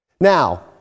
Now